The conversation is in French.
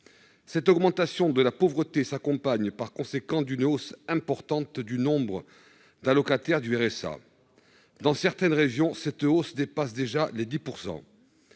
Cette augmentation de la pauvreté s'accompagne d'une hausse importante du nombre d'allocataires du RSA. Dans certains départements, cette hausse dépasse déjà les 10 %.